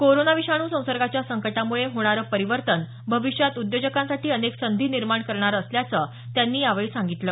corona विषाणू संसर्गाच्या संकटामुळे होणारं परीवर्तन भविष्यात उद्योजकांसाठी अनेक संधी निर्माण करणार असल्याचं त्यांनी यावेळी सांगितलं